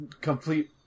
complete